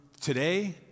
today